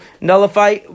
nullify